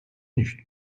nicht